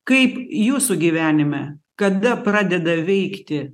kaip jūsų gyvenime kada pradeda veikti